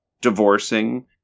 divorcing